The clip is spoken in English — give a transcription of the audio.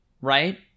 right